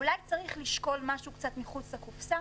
אולי צריך לשקול משהו מחוץ לקופסה.